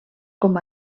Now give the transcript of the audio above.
com